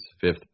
Fifth